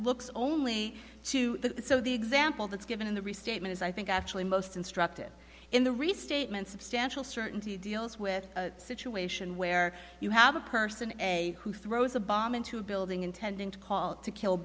looks only two so the example that's given in the restatement is i think actually most instructive in the restatement substantial certainty deals with a situation where you have a person a who throws a bomb into a building intending to call to kill